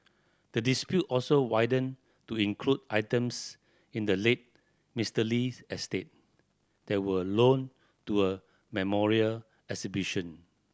the dispute also widened to include items in the late Mister Lee's estate that were loaned to a memorial exhibition